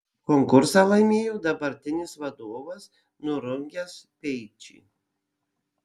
konkursą laimėjo dabartinis vadovas nurungęs speičį